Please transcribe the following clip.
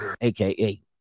AKA